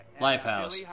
Lifehouse